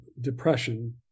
depression